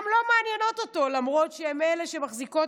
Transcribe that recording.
הן לא מעניינות אותו למרות שהן אלו שמחזיקות